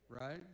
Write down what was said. right